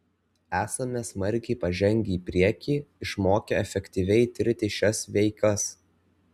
esame smarkiai pažengę į priekį išmokę efektyviai tirti šias veikas